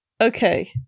Okay